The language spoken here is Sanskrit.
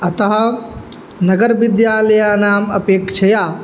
अतः नगरविद्यालयानाम् अपेक्षया